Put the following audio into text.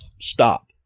stop